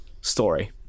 story